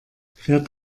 fährt